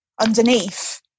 underneath